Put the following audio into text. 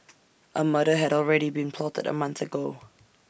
A murder had already been plotted A month ago